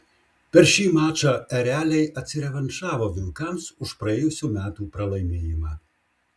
per šį mačą ereliai atsirevanšavo vilkams už praėjusių metų pralaimėjimą